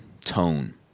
tone